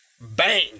bang